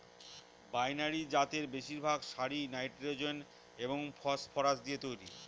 binary জাতের বেশিরভাগ সারই নাইট্রোজেন এবং ফসফরাস দিয়ে তৈরি